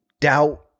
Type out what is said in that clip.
doubt